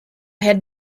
had